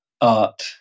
art